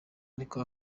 ariko